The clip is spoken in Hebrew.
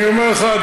אני אומר לך,